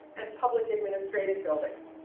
and public administrative buildings.